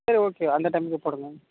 சரி ஓகே அந்த டைம்கே போடுங்க